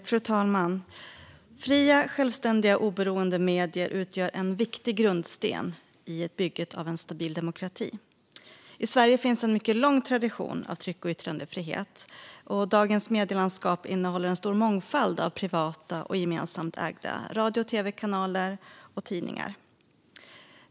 Fru talman! Fria, självständiga och oberoende medier utgör en viktig grundsten i bygget av en stabil demokrati. I Sverige finns en mycket lång tradition av tryck och yttrandefrihet, och dagens medielandskap innehåller en stor mångfald av privata och gemensamt ägda radio och tv-kanaler och tidningar.